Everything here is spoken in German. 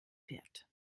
fährt